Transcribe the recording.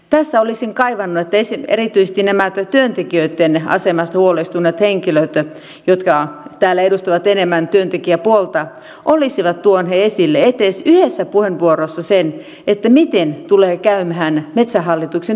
tässä olisin kaivannut että erityisesti nämä työntekijöitten asemasta huolestuneet henkilöt jotka täällä edustavat enemmän työntekijäpuolta olisivat tuoneet esille edes yhdessä puheenvuorossa sen miten tulee käymään metsähallituksen työntekijöiden